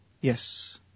Yes